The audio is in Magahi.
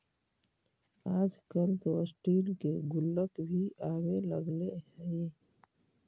आजकल तो स्टील के गुल्लक भी आवे लगले हइ